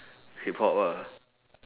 hip-hop ah